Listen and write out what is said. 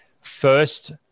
first